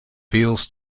feels